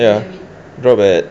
ya drop at